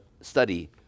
study